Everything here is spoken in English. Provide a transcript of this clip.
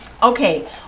Okay